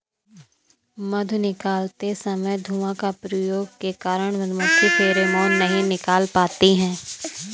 मधु निकालते समय धुआं का प्रयोग के कारण मधुमक्खी फेरोमोन नहीं निकाल पाती हैं